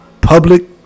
public